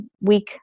week